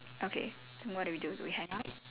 okay so what do we do do we hang up